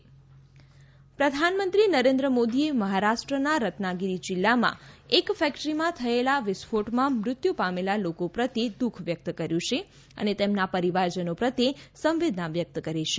પ્રધાનમંત્રી શોક વ્યક્ત પ્રધાનમંત્રી નરેન્દ્ર મોદીએ મહારાષ્ટ્રના રત્નાગિરી જિલ્લામાં એક ફેક્ટરીમાં થયેલ વિસ્ફોટમાં મૃત્યુ પામેલા લોકો પ્રત્યે દુઃખ વ્યક્ત કર્યું છે અને તેમના પરિવારજનો પ્રત્યે સંવેદના વ્યક્ત કરી છે